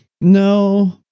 no